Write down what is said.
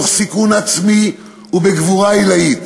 תוך סיכון עצמי ובגבורה עילאית,